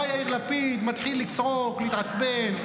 בא יאיר לפיד, מתחיל לצעוק, להתעצבן.